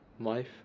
life